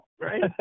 Right